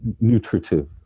nutritive